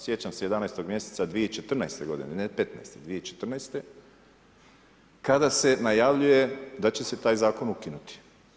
Sjećam se 11. mjeseca 2014. g. ne '15., 2014. kada se najavljuje da će se taj zakon ukinuti.